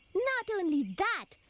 not only that,